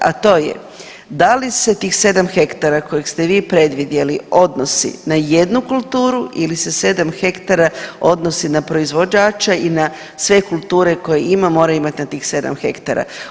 A to da li se tih 7 hektara kojeg ste vi predvidjeli odnosi na jednu kulturu ili se 7 hektara odnosi na proizvođača i na sve kulture koje ima mora imati na tih 7 hektara.